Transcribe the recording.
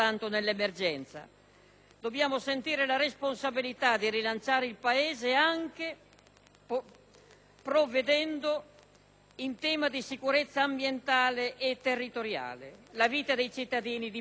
dobbiamo sentire la responsabilità di rilanciare il Paese anche provvedendo in tema di sicurezza ambientale e territoriale. La vita dei cittadini dipende anche da questo.